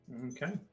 Okay